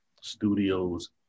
studios